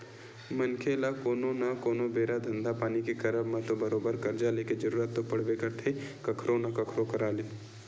मनखे ल कोनो न कोनो बेरा धंधा पानी के करब म तो बरोबर करजा लेके जरुरत तो पड़बे करथे कखरो न कखरो करा ले